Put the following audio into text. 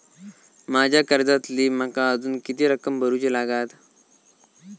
माझ्या कर्जातली माका अजून किती रक्कम भरुची लागात?